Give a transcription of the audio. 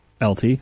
LT